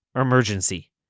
emergency